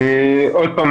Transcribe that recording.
אני חושב